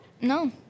no